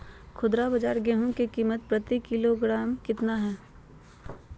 खुदरा बाजार गेंहू की कीमत प्रति किलोग्राम कितना है?